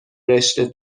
رشته